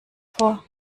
vor